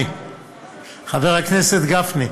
חבר הכנסת גפני,